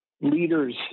leaders